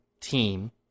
team